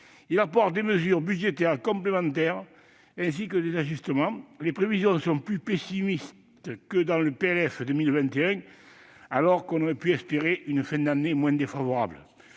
Il prévoit des mesures budgétaires complémentaires, ainsi que des ajustements. Les prévisions sont plus pessimistes que dans le PLF 2021, alors qu'on aurait pu espérer une fin d'année moins défavorable.